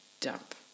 dump